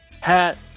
hat